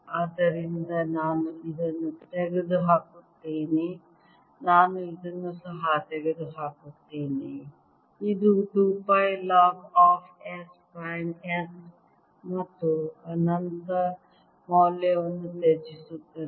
ಆದ್ದರಿಂದ ನಾನು ಇದನ್ನು ತೆಗೆದುಹಾಕುತ್ತೇನೆ ನಾನು ಇದನ್ನು ಸಹ ತೆಗೆದುಹಾಕುತ್ತೇನೆ ಇದು 2 pi log of s prime s ಮತ್ತು ಅನಂತ ಮೌಲ್ಯವನ್ನು ತ್ಯಜಿಸುತ್ತದೆ